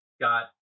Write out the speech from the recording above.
got